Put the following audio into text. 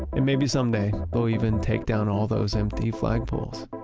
and maybe someday, they'll even take down all those empty flag poles.